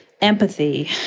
empathy